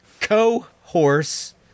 co-horse